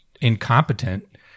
incompetent